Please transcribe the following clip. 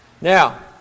Now